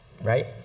Right